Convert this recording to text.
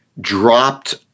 dropped